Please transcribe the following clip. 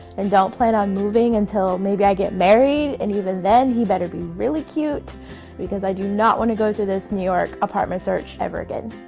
and don't plan on moving until maybe i get married, and even then he better be really cute because i do not want to go through this new york apartment search ever again.